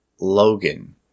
Logan